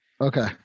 Okay